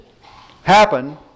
happen